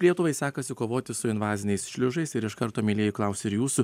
lietuvai sekasi kovoti su invaziniais šliužais ir iš karto mielieji klausiu ir jūsų